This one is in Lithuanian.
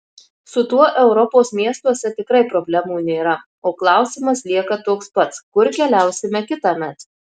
su tuo europos miestuose tikrai problemų nėra o klausimas lieka toks pats kur keliausime kitąmet